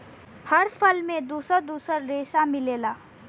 हर फल में दुसर दुसर रेसा मिलेला